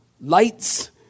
lights